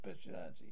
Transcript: speciality